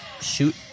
shoot